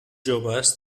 joves